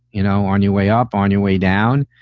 you know, on your way up, on your way down.